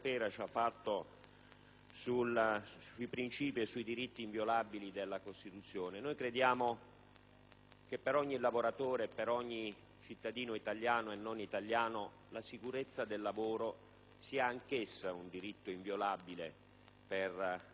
sui principi e sui diritti inviolabili della Costituzione. Crediamo che per ogni lavoratore e per ogni cittadino italiano e non italiano la sicurezza sul lavoro sia anch'essa un diritto inviolabile. L'Italia